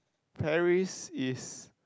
Paris is